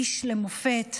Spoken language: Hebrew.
איש למופת,